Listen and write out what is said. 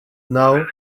know